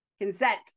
consent